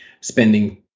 spending